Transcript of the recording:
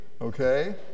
okay